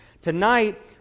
Tonight